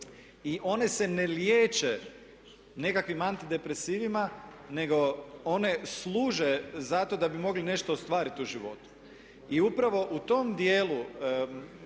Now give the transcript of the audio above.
i one se ne liječe nekakvim antidepresivima nego one službe zato da bi mogli nešto ostvariti u životu. I upravo u tom dijelu